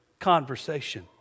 Conversation